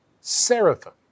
seraphim